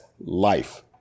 life